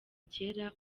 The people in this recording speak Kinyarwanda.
kera